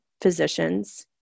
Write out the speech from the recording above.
physicians